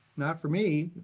not for me.